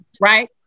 right